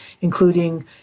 including